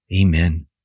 Amen